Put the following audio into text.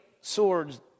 swords